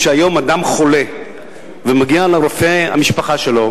כשהיום אדם חולה ומגיע לרופא המשפחה שלו,